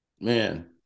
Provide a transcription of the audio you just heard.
Man